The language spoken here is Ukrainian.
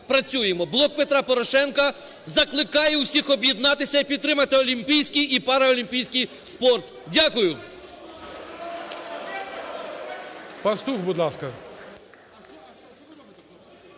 "Блок Петра Порошенка" закликає усіх об'єднатися і підтримати олімпійський і параолімпійський спорт. Дякую.